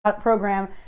program